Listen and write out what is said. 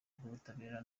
rw’ubutabera